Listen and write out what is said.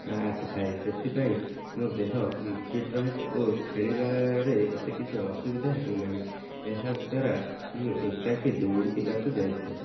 ଆସିଥାଏ ସେଥିପାଇଁ ମୋ ଦେହ ଫିଟ୍ ରହିଛିି ଓ ଖେଳିବାରେ ମତେ କିଛି ଅସୁବିଧା ହେଉନାହିଁ ଏହାଦ୍ୱାରା ମୁଁ ଏକାକି ଦୌଡ଼ିବାକୁ ଯାଇଥାଏ